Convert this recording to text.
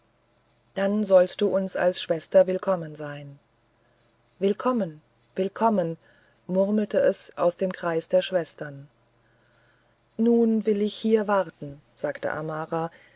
dann sollst du uns als schwester willkommen sein willkommen willkommen murmelte es aus dem kreis der schwestern nun will ich hier warten sagte amara